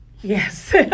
Yes